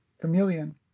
chameleon